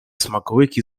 smakołyki